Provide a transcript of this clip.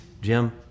Jim